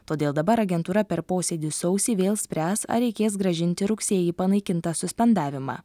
todėl dabar agentūra per posėdį sausį vėl spręs ar reikės grąžinti rugsėjį panaikintą suspendavimą